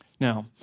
Now